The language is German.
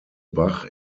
bach